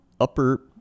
Upper